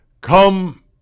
come